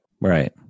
Right